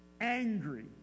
angry